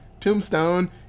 Tombstone